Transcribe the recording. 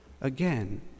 Again